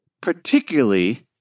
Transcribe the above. particularly